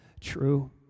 true